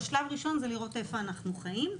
אבל שלב ראשון זה לראות איפה אנחנו חיים.